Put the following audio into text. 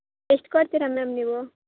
ಎಷ್ಟು ಕೊಡ್ತೀರಾ ಮ್ಯಾಮ್ ನೀವು